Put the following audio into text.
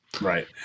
Right